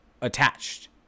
attached